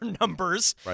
numbers